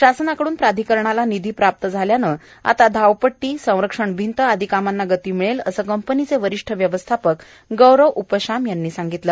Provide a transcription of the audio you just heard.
शासनाकडून प्राधिकरणाला निधी प्राप्त झाल्याने आता धावपट्टी संरक्षण भिंत आदी कामांना गती मिळेल असे कंपनीचे वरिष्ठ व्यवस्थापक गौरव उपशाम यांनी सांगितले